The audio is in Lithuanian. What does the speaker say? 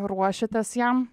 ruošiatės jam